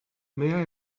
may